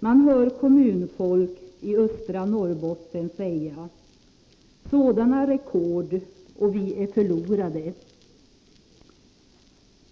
Man hör kommunfolket i östra Norrbotten säga: Sådana rekord och vi är förlorade!